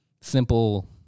simple